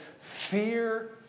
fear